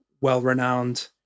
well-renowned